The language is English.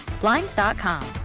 Blinds.com